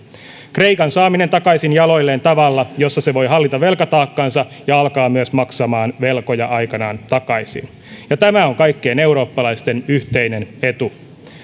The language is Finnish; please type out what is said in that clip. kreikan saaminen takaisin jaloilleen tavalla jossa se voi hallita velkataakkaansa ja alkaa myös maksamaan velkoja aikanaan takaisin tämä on kaikkien eurooppalaisten yhteinen etu